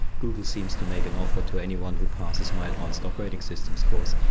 google seems to make an offer to anyone who passes my advanced operating systems course.